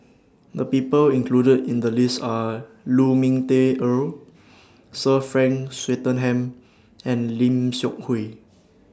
The People included in The list Are Lu Ming Teh Earl Sir Frank Swettenham and Lim Seok Hui